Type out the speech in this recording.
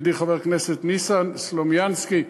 ידידי חבר הכנסת ניסן סלומינסקי.